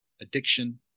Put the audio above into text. Addiction